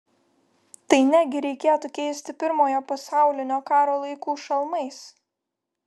tai negi reikėtų keisti pirmojo pasaulinio karo laikų šalmais